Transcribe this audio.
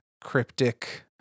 cryptic